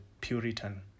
Puritan